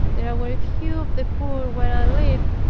there were few of the poor where i lived,